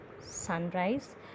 sunrise